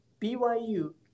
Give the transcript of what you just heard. BYU